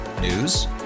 News